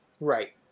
Right